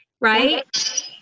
right